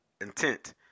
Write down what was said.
intent